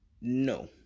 no